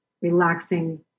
relaxing